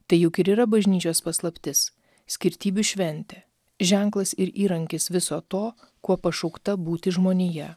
tai juk ir yra bažnyčios paslaptis skirtybių šventė ženklas ir įrankis viso to kuo pašaukta būti žmonija